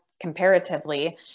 Comparatively